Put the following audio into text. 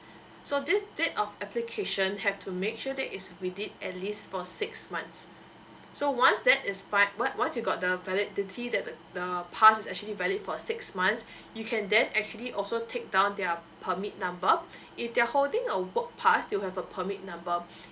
so this date of application have to make sure that is within at least for six months so once that is fine once once you got the validity that the the pass is actually valid for six months you can then actually also take down their permit number if they're holding a work pass they'll have a permit number